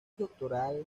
doctoral